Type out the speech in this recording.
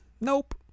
nope